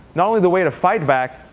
not only the way to fight back,